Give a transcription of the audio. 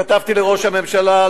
כתבתי לראש הממשלה,